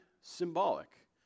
symbolic